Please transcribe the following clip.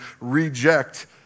reject